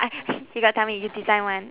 I he got tell me you design one